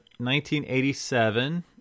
1987